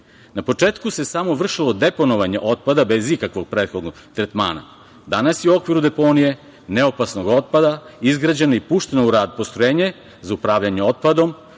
početku se samo vršilo deponovanje otpada bez ikakvog prethodnog tretmana. Danas je u okviru deponije ne opasnog otpada izgrađeno i puteno u rad postrojenje za upravljanje otpadom,